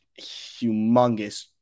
humongous